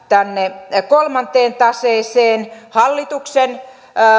tänne kolmanteen taseeseen hallituksen